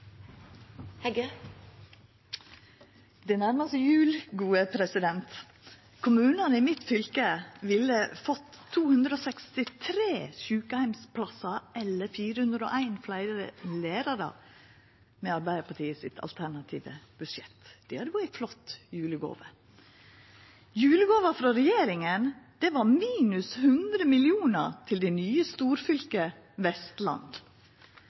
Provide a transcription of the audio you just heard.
Det nærmar seg jul. Kommunane i mitt fylke ville fått 263 sjukeheimsplassar eller 401 fleire lærarar med Arbeidarpartiet sitt alternative budsjett. Det hadde vore ei flott julegåve. Julegåva frå regjeringa er minus 100 mill. kr til det nye storfylket Vestland.